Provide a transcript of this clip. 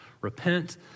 Repent